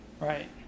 Right